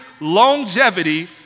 longevity